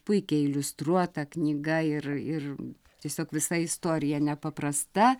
puikiai iliustruota knyga ir ir tiesiog visa istorija nepaprasta